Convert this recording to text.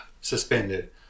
suspended